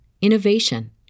innovation